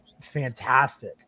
fantastic